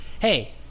hey